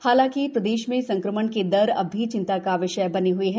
हालाँकि प्रदेश में संक्रमण की दर अब भी चिंता का विषय बनी हुई है